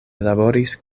laboris